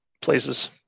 places